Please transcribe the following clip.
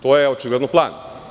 To je očigledno plan.